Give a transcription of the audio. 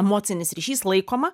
emocinis ryšys laikoma